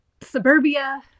suburbia